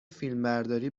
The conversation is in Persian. فیلمبرداری